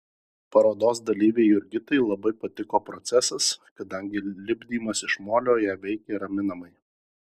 parodos dalyvei jurgitai labai patiko procesas kadangi lipdymas iš molio ją veikė raminamai